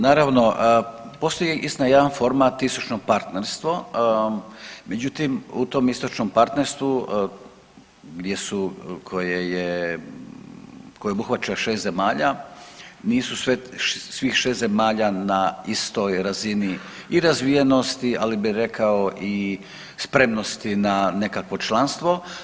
Naravno, postoji istina jedan format istočno partnerstvo, međutim u tom istočnom partnerstvu gdje su, koje je, koje obuhvaća 6 zemalja, nisu svih 6 zemalja na istoj razini i razvijenosti, ali bi rekao i spremnosti na nekakvo članstvo.